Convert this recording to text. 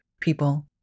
people